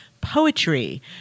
poetry